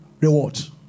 rewards